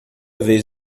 vez